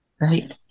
Right